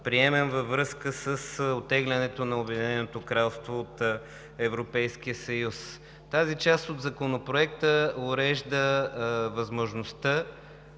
приемем във връзка с оттеглянето на Обединеното кралство от Европейския съюз. Тази част от Законопроекта урежда възможността